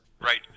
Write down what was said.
Right